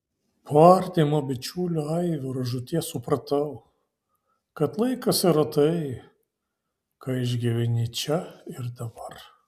po artimo bičiulio aivaro žūties supratau kad laikas yra tai ką išgyveni čia ir dabar